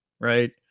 right